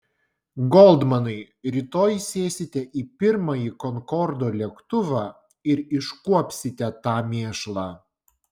goldmanai rytoj sėsite į pirmąjį konkordo lėktuvą ir iškuopsite tą mėšlą